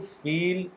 feel